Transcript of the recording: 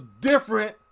different